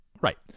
Right